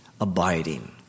abiding